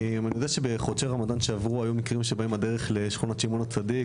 אני יודע שבחודשי רמדאן שעברו היו מקרים שבהם הדרך לשכונות שמעון הצדיק,